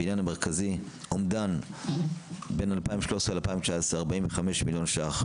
הבניין המרכזי אומדן בין 2013 ל-2019 45 מיליון ש"ח.